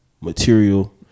material